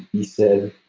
he said,